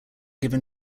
given